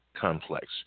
complex